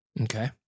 Okay